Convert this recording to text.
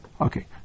Okay